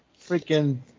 freaking